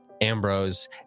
Ambrose